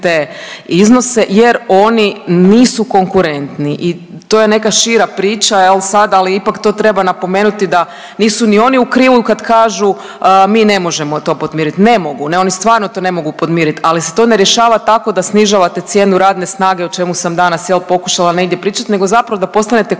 iznose jer oni nisu konkurentni. I to je neka šira priča sada, ali ipak to treba napomenuti da nisu ni oni u krivu kad kažu, mi ne možemo to podmirit. Ne mogu, ne oni to stvarno ne mogu podmirit, ali se to ne rješava tako da snižavate cijenu radne snage o čemu sam danas pokušala negdje pričat nego zapravo da postanete konkurentniji